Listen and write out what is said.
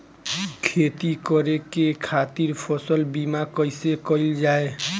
खेती करे के खातीर फसल बीमा कईसे कइल जाए?